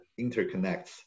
interconnects